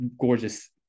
gorgeous